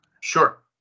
Sure